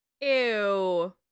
Ew